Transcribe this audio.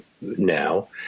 now